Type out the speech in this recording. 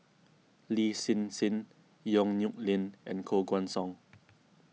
Lin Hsin Hsin Yong Nyuk Lin and Koh Guan Song